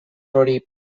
hori